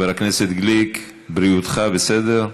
חבר הכנסת גליק, בריאותך בסדר?